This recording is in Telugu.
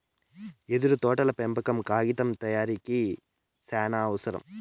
యెదురు తోటల పెంపకం కాగితం తయారీకి సానావసరం